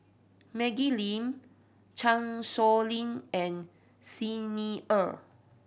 Maggie Lim Chan Sow Lin and Xi Ni Er